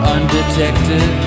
Undetected